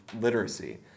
literacy